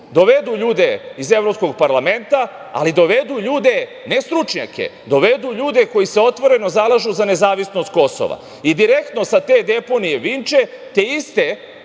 dovedu ljude iz Evropskog parlamenta, ali dovedu ljude, ne stručnjake, dovedu ljude koji se otvoreno zalažu za nezavisnost Kosova. Direktno sa te deponije Vinče te iste